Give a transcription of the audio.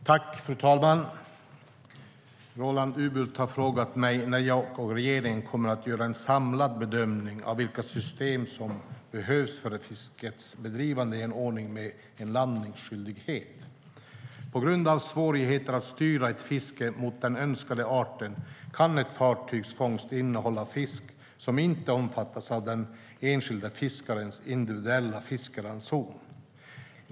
Fru talman! Roland Utbult har frågat mig när jag och regeringen kommer att göra en samlad bedömning av vilka system som behövs för fiskets bedrivande i en ordning med en landningsskyldighet. På grund av svårigheten att styra ett fiske mot den önskade arten kan ett fartygs fångst innehålla fisk som inte omfattas av den enskilde fiskarens individuella fiskeranson.